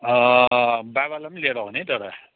बाबालाई लिएर आउने है तर